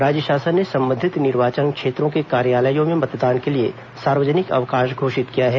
राज्य शासन ने संबंधित निर्वाचन क्षेत्रों के कार्यालयों में मतदान के लिए सार्वजनिक अवकाश घोषित किया है